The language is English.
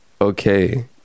okay